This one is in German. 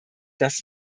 dass